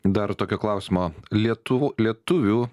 dar tokio klausimo lietuvo lietuvių